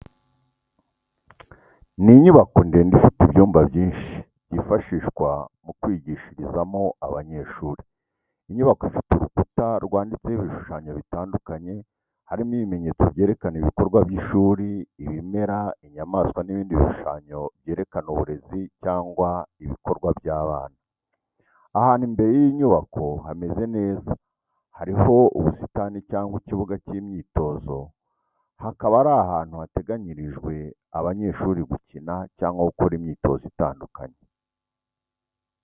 Ni inyubako ndende ifite ibyumba byinshi, byifashishwa mu kwigishirizamo abanyeshuri. Inyubako ifite urukuta rwanditseho ibishushanyo bitandukanye, harimo ibimenyetso byerekana ibikorwa by’ishuri, ibimera, inyamaswa n’ibindi bishushanyo byerekana uburezi cyangwa ibikorwa by’abana. Ahantu imbere y’iyi nyubako hameze neza hariho ubusitani cyangwa ikibuga cy’imyitozo kikaba ari ahantu hateganyirijwe abanyeshuri gukina cyangwa gukora imyitozo itandukanye.